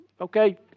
okay